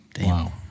Wow